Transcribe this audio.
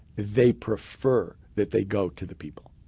they prefer that they go to the people.